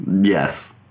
Yes